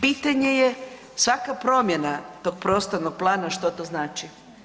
Pitanje je svaka promjena tog prostornog plana što to znači.